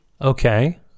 Okay